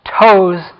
toes